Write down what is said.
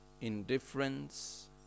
indifference